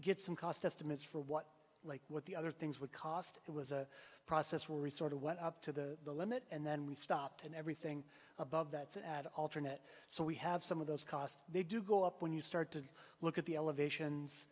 get some cost estimates for what like what the other things would cost it was a process will resort to what up to the limit and then we stopped and everything above that's at alternate so we have some of those costs they do go up when you start to look at the elevations